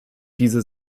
diese